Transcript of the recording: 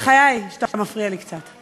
בחיי שאתה מפריע לי קצת.